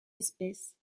espèces